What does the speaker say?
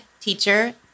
teacher